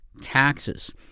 taxes